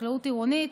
חקלאות עירונית,